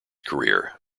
career